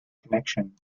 connection